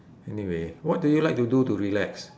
anyway what do you like to do to relax